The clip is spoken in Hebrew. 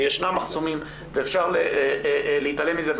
וישנם מחסומים, ואפשר להתעלם מזה,